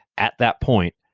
at that point,